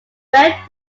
red